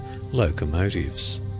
locomotives